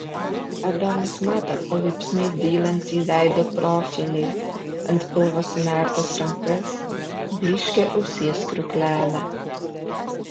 adomas mato palaipsniui dylantį veido profilį ant pilvo sunertas rankas blyškią ausies kriauklelę